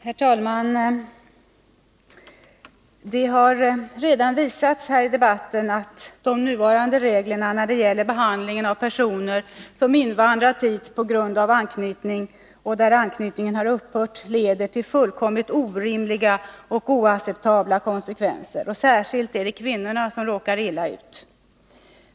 Herr talman! Det har redan framkommit här i debatten att de nuvarande reglerna när det gäller behandlingen av personer som invandrat hit på grund av anknytning som sedan har upphört får fullständigt orimliga och oacceptabla konsekvenser. Särskilt är det kvinnorna som råkar illa ut.